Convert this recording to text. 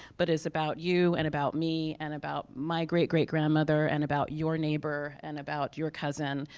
but it's about you, and about me, and about my great great grandmother, and about your neighbor and about your cousin.